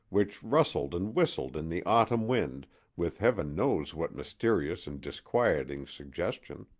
which rustled and whistled in the autumn wind with heaven knows what mysterious and disquieting suggestion.